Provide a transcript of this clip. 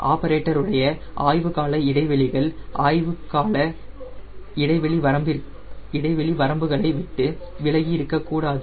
ஆப்பரேட்டருடைய ஆய்வு கால இடைவெளிகள் ஆய்வு கால வரம்புகளை விட்டு விலகி இருக்கக் கூடாது